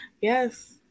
Yes